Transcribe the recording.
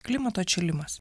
klimato atšilimas